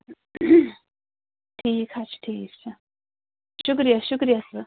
ٹھیٖکھ حَظ چھُ ٹھیٖکھ چھُ شُکریہ شُکریہ